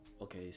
Okay